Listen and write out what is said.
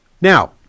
Now